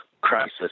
crisis